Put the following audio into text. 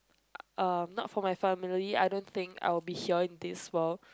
uh not for my family I don't think I will be here in this world